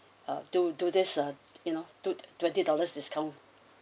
uh do do this uh you know do twenty dollars discount